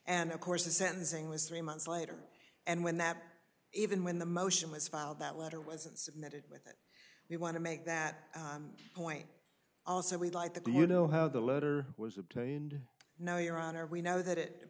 and of course the sentencing was three months later and when that even when the motion was filed that letter was submitted with it we want to make that point also we like the glue know how the letter was obtained no your honor we know that it